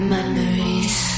Memories